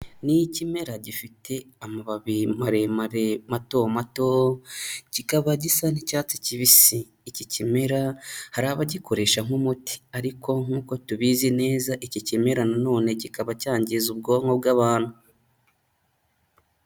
Ni ikimera gifite amababi maremare mato mato kikaba gisa n'icyatsi kibisi, iki kimera hari abagikoresha nk'umuti ariko nk'uko tubizi neza iki kimera na none kikaba cyangiza ubwonko bw'abantu.